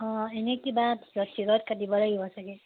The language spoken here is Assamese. অঁ এনেই কিবা টিকট চিকট কাটিব লাগিব চাগৈ